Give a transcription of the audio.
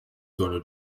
torno